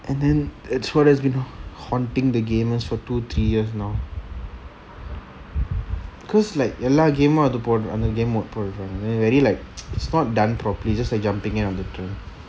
and then it's what has been haunting the games for two three years now because like எல்லா:ella game மும் அது போல அந்த:mum athu pola antha game போல் வந்து:pol vanthu very like it's not done properly just like jumping in on the trend